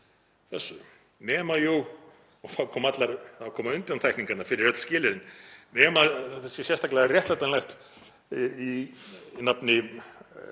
þessu, nema jú — og þá koma undantekningarnar fyrir öll skilyrðin — nema þetta sé sérstaklega réttlætanlegt í nafni